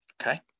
Okay